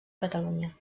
catalunya